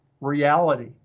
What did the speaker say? reality